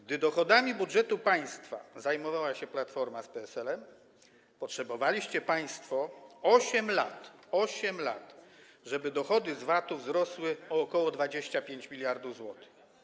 Gdy dochodami budżetu państwa zajmowała się Platforma z PSL, potrzebowaliście państwo 8 lat - 8 lat - żeby dochody z VAT wzrosły o ok. 25 mld zł.